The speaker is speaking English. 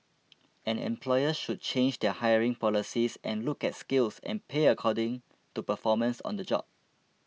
and employers should change their hiring policies and look at skills and pay according to performance on the job